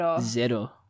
Zero